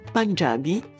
Punjabi